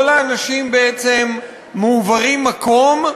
כל האנשים בעצם מועברים מקום,